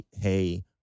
hey